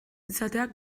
izateak